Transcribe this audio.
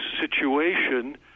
situation